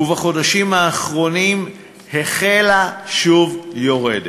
ובחודשים האחרונים היא שוב החלה יורדת.